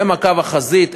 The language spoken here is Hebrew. הן קו החזית,